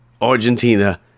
Argentina